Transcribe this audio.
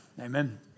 Amen